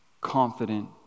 confident